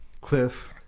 Cliff